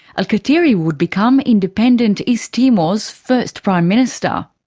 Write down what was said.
alkatiri would become independent east timor's first prime minister.